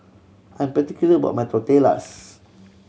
I'm particular about my Tortillas